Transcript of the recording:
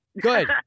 Good